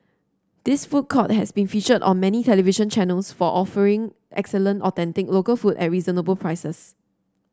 this food court has been featured on many television channels for offering excellent authentic local food at reasonable prices